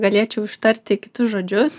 galėčiau ištarti kitus žodžius